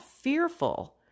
fearful